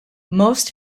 most